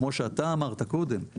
כמו שאתה אמרת קודם,